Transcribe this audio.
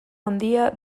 handia